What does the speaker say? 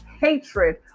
hatred